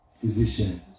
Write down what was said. Physician